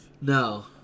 no